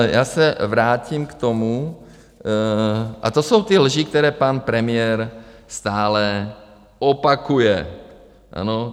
Já se vrátím k tomu, a to jsou ty lži, které pan premiér stále opakuje, ano.